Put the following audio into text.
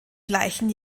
gleichen